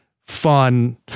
fun